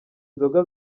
nzoga